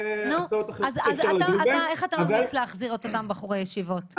אז איך אתה ממליץ להחזיר את אותם בחורי ישיבות?